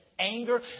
Anger